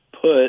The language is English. put